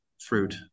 fruit